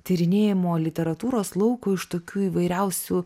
tyrinėjimo literatūros laukui iš tokių įvairiausių